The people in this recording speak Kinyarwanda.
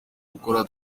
gukora